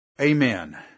Amen